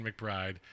McBride